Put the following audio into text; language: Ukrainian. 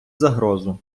загрозу